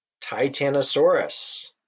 Titanosaurus